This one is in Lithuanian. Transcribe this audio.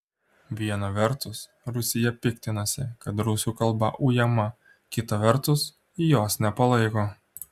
viena vertus rusija piktinasi kad rusų kalba ujama kita vertus jos nepalaiko